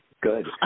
Good